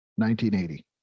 1980